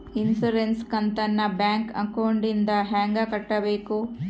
Insurance ಕಂತನ್ನ bank ಅಕೌಂಟಿಂದ ಹೆಂಗ ಕಟ್ಟಬೇಕು?